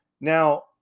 Now